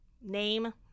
name